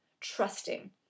Trusting